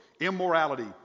immorality